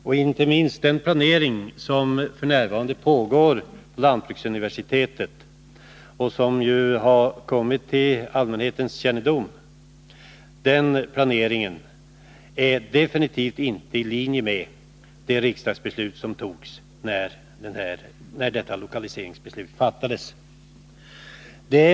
Och den planering som f. n. pågår vid lantbruksuniversitetet och som ju kommit till allmänhetens kännedom ligger absolut inte i linje med riksdagens beslut om lokaliseringen.